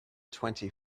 twenty